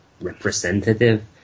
representative